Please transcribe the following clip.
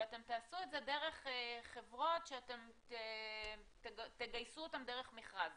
ואתם תעשו את זה דרך חברות שתגייסו אותן דרך מכרז,